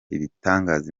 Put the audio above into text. ibitangaza